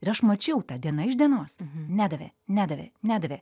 ir aš mačiau tą diena iš dienos nedavė nedavė nedavė